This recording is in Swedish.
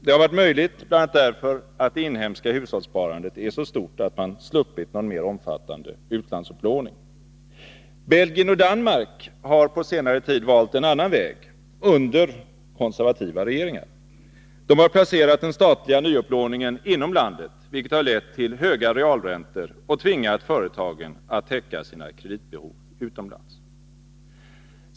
Det har varit möjligt bl.a. därför att det inhemska hushållssparandet är så stort att man sluppit någon mer omfattande utlandsupplåning. Belgien och Danmark har på senare tid valt en annan väg under borgerliga regeringar. De har placerat den statliga nyupplåningen inom landet, vilket har lett till höga realräntor och tvingat företagen att täcka sina kreditbehov utomlands.